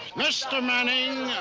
mr. manning,